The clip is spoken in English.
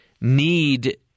need